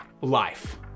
life